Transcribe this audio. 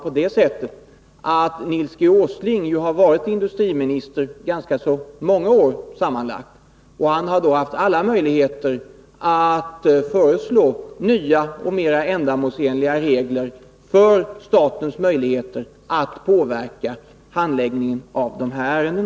Nils G. Åsling har ju dessutom varit industriminister under ganska många år sammanlagt, och han har då haft alla förutsättningar att föreslå nya och mera ändamålsenliga regler när det gäller statens möjligheter att påverka handläggningen av dessa ärenden.